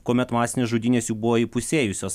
kuomet masinės žudynės jau buvo įpusėjusios